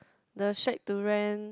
the shade to rent